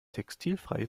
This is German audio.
textilfreie